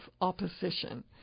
opposition